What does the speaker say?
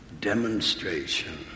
demonstration